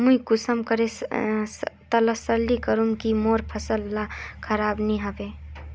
मुई कुंसम करे तसल्ली करूम की मोर फसल ला खराब नी होबे?